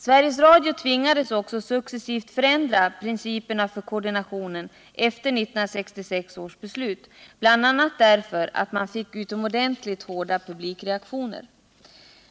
Sveriges Radio tvingades också successivt förändra principerna för koordinationen efter 1966 års beslut, bl.a. därför att man fick utomordentligt hårda publikreaktioner.